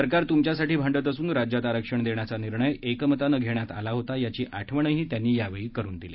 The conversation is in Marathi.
सरकार तुमच्यासाठी भांडत असून राज्यात आरक्षण देण्याचा निर्णय हा एकमताने घेण्यात आला होता याची आठवणही त्यांनी यावेळी करुन दिली